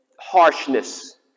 harshness